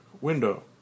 window